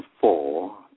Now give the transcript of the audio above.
four